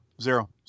Zero